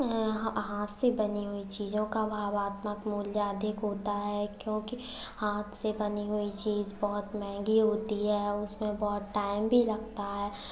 इन्हें हाँ हाथ से बनी हुई चीज़ों का भावनात्मक मूल्य अधिक होता है क्योंकि हाथ से बने हुए चीज बहुत महँगी होती है और उसमें बहुत टाइम भी लगता है